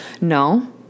No